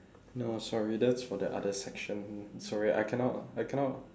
no sorry that's for the other section sorry I cannot I cannot